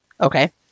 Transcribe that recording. Okay